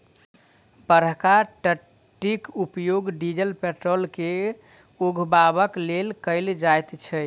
बड़का टंकीक उपयोग डीजल पेट्रोल के उघबाक लेल कयल जाइत छै